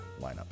lineup